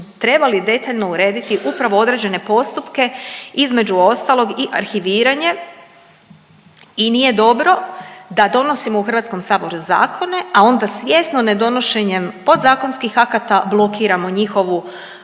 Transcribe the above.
trebali detaljno urediti upravo određene postupke između ostalog i arhiviranje i nije dobro da donosimo u Hrvatskom saboru zakone, a onda svjesno ne donošenjem podzakonskih akata blokiramo njihovu,